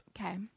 Okay